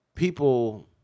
People